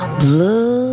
blood